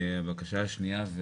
הבקשה השנייה,